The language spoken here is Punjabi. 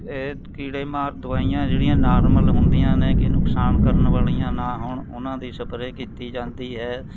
ਇਹ ਕੀੜੇਮਾਰ ਦਵਾਈਆਂ ਜਿਹੜੀਆਂ ਨਾਰਮਲ ਹੁੰਦੀਆਂ ਨੇ ਕਿ ਨੁਕਸਾਨ ਕਰਨ ਵਾਲੀਆਂ ਨਾ ਹੋਣ ਉਹਨਾਂ ਦੀ ਸਪਰੇਅ ਕੀਤੀ ਜਾਂਦੀ ਹੈ